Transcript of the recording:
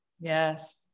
Yes